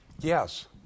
Yes